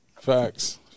Facts